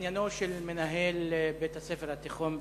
בעניינו של מנהל בית-הספר התיכון בתל-אביב,